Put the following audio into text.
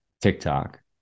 TikTok